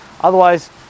Otherwise